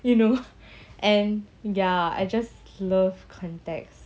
you know and ya I just love contacts